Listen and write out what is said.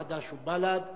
חד"ש ובל"ד.